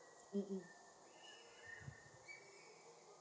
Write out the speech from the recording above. um um